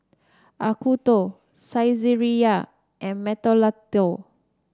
Acuto Saizeriya and Mentholatum